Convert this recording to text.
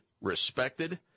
respected